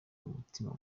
umutima